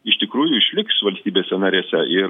iš tikrųjų išliks valstybėse narėse ir